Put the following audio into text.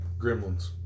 Gremlins